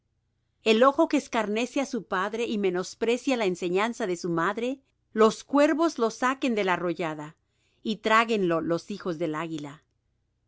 el ojo que escarnece á su padre y menosprecia la enseñanza de la madre los cuervos lo saquen de la arroyada y tráguenlo los hijos del águila